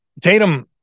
Tatum